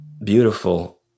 beautiful